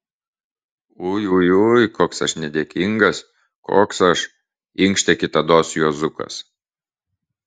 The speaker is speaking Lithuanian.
ui ui ui koks aš nedėkingas koks aš inkštė kitados juozukas